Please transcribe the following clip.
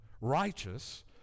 righteous